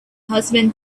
husband